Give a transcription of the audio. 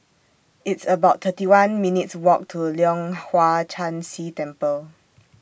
It's about thirty one minutes' Walk to Leong Hwa Chan Si Temple